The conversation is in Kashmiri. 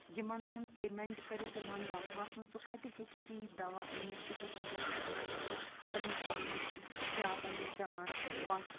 یِمن ہُنٛد پیمٮ۪نٛٹ کٔرِتھ یِمن دَواہَن ہُنٛد سُہ کَتہِ ہیٚکہِ تیٖتۍ دَوا أنِتھ کہِ دۄہَے دۄہَے کَرنایہِ سُہ پَنٛنِس پانَس یا پَنٛنِس بٮ۪مارَس